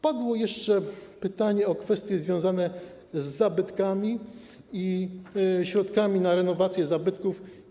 Padło jeszcze pytanie o kwestie związane z zabytkami i środkami na renowację zabytków.